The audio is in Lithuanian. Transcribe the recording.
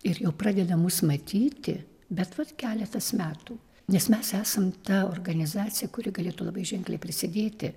ir jau pradeda mus matyti bet vat keletas metų nes mes esam ta organizacija kuri galėtų labai ženkliai prisidėti